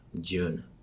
June